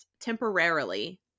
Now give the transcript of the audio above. temporarily